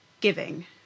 giving